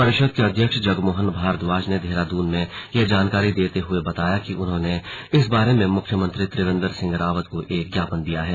परिषद के अध्यक्ष जगमोहन भारद्वाज ने देहरादून में यह जानकारी देते हुए बताया कि उन्होंने इस बारे में मुख्यमंत्री त्रिवेंद्र सिंह रावत को एक ज्ञापन दिया है